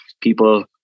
people